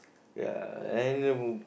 ya and the w~